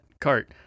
cart